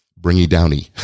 bringy-downy